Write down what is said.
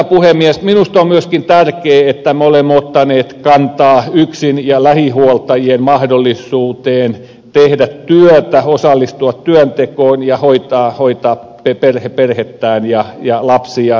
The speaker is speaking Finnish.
minusta on myöskin tärkeää että me olemme ottaneet kantaa yksin ja lähihuoltajien mahdollisuuteen tehdä työtä osallistua työntekoon ja hoitaa perhettään ja lapsiaan